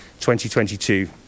2022